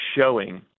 showing